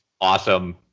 Awesome